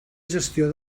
gestió